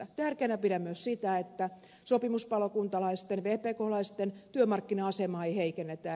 tärkeänä pidän myös sitä että sopimuspalokuntalaisten vpklaisten työmarkkina asemaa ei heikennetä